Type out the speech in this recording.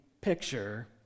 picture